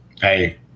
Hey